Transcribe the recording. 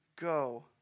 go